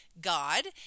God